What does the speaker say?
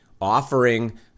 offering